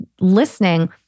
listening